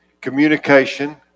Communication